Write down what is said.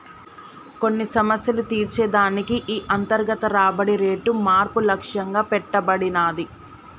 కొన్ని సమస్యలు తీర్చే దానికి ఈ అంతర్గత రాబడి రేటు మార్పు లక్ష్యంగా పెట్టబడినాది